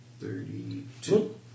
thirty-two